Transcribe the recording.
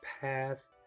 path